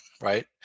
right